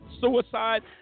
Suicide